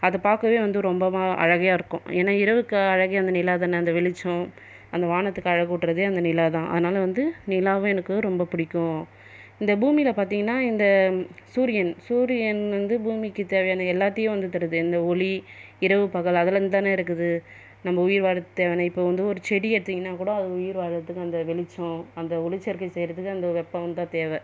அது பார்க்கவே வந்து ரொம்பவே அழகியாருக்கும் ஏன்னால் இரவுக்கு அழகே வந்து நிலா தான் அந்த வெளிச்சம் அந்த வானத்துக்கு அழகுட்றதே அந்த நிலாதான் அதனால வந்து நிலாவை எனக்கு ரொம்ப பிடிக்கும் இந்த பூமியில் பார்த்தீங்கன்னா இந்த சூரியன் சூரியன் வந்து பூமிக்கு தேவையான எல்லாத்தையும் வந்து தருது இந்த ஒளி இரவு பகல் அதுலேர்ந்து தான் இருக்குது நம்ம உயிர் வாழ்றதுக்கு தேவையான இப்போ வந்து ஒரு செடி எடுத்தீங்கன்னா கூட அது உயிர் வாழ்றதுக்கு அந்த வெளிச்சம் அந்த ஒளிச்செயற்கை செய்றதுக்கு அந்த வெப்பம்தான் தேவை